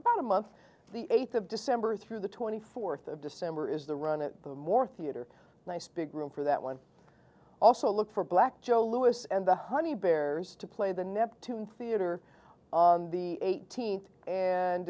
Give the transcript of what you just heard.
about a month the eighth of december through the twenty fourth of december is the run of the more theatre nice big room for that one also look for black joe lewis and the honey bears to play the neptune theater on the eighteenth and